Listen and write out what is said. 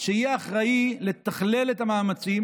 שיהיה אחראי לתכלל את המאמצים,